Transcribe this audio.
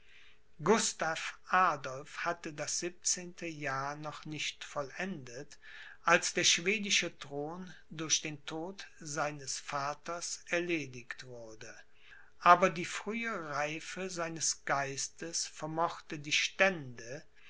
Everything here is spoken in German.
gustav adolph hatte das siebzehnte jahr noch nicht vollendet als der schwedische thron durch den tod seines vaters erledigt wurde aber die frühe reife seines geistes vermochte die stände